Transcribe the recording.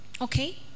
Okay